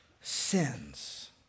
sins